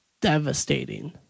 devastating